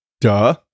Duh